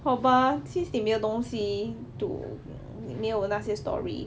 好吧 since 你没有东西 to 你没有那些 story